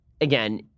again